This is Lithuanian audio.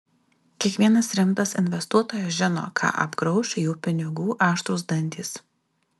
kiekvienas rimtas investuotojas žino ką apgrauš jų pinigų aštrūs dantys